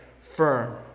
firm